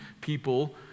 people